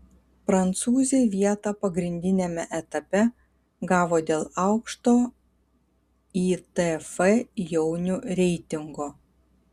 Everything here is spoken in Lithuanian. prancūzė vietą pagrindiniame etape gavo dėl aukšto itf jaunių reitingo